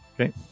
Okay